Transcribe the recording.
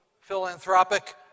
philanthropic